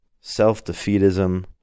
self-defeatism